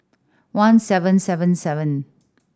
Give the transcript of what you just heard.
one seven seven seven